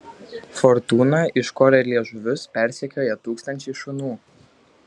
fortūną iškorę liežuvius persekioja tūkstančiai šunų